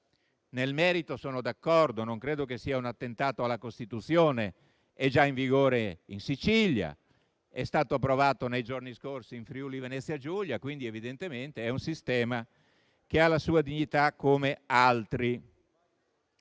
nel merito sono d'accordo. Non credo sia un attentato alla Costituzione. È già in vigore in Sicilia, è stato approvato nei giorni scorsi in Friuli-Venezia Giulia. Evidentemente è un sistema che ha la sua dignità come altri.